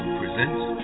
presents